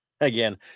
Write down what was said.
Again